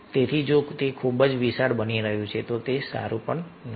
તેથી જો તે ખૂબ જ વિશાળ બની રહ્યું છે તો તે પણ સારું નથી